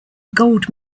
gold